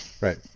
Right